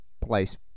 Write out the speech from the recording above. place